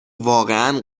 واقعا